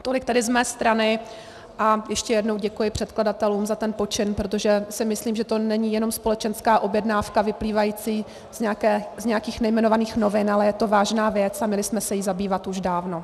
Tolik tedy z mé strany a ještě jednou děkuji předkladatelům za ten počin, protože si myslím, že to není jenom společenská objednávka vyplývající z nějakých nejmenovaných novin, ale je to vážná věc a měli jsme se jí zabývat už dávno.